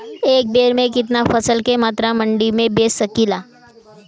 एक बेर में कितना फसल के मात्रा मंडी में बेच सकीला?